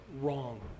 Wrong